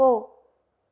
போ